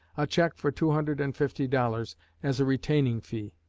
a check for two hundred and fifty dollars as a retaining fee.